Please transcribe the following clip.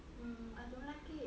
um I don't like it